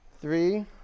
Three